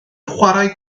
chwarae